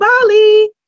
Bali